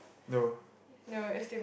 no